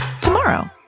tomorrow